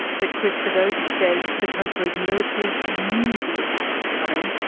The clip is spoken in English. but chris sidoti says the country's military knew the attack was coming.